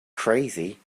crazy